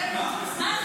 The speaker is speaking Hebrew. תודה.